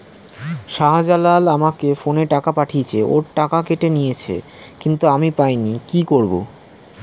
শাহ্জালাল আমাকে ফোনে টাকা পাঠিয়েছে, ওর টাকা কেটে নিয়েছে কিন্তু আমি পাইনি, কি করব?